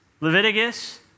Leviticus